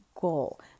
goal